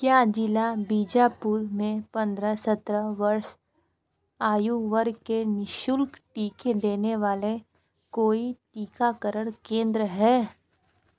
क्या ज़िला बीजापुर में पंद्रह सत्रह वर्ष आयु वर्ग के निःशुल्क टीके देने वाले कोई टीकाकरण केंद्र हैं